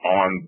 on